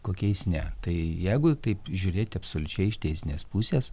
kokiais ne tai jeigu taip žiūrėti absoliučiai iš teisinės pusės